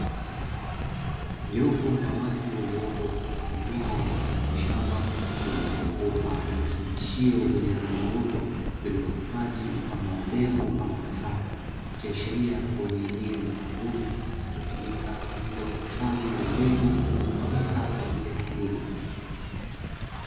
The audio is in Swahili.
Jopo la watu waliopo katika eneo mfano wa shamba, lililozungukwa na vifungashio vyenye rangi nyeupe, vilivyohifadhi mfano wa mbegu ama nafaka, ikiashiria ni eneo maalumu linalotumika kwa ajili ya uhifadhi wa mbegu zinazotumika kwa ajili ya kilimo.